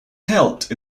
helped